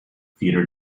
theater